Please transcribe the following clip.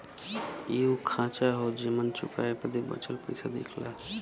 इ उ खांचा हौ जेमन चुकाए बदे बचल पइसा दिखला